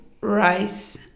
rice